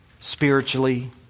spiritually